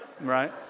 right